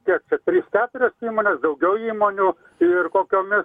kiek keturios įmonės daugiau įmonių ir kokiomis